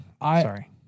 Sorry